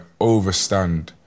overstand